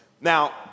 Now